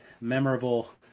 memorable